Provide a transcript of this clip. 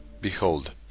Behold